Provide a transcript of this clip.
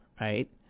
right